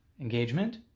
engagement